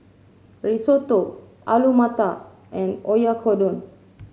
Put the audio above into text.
Risotto Alu Matar and Oyakodon